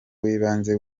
w’ibanze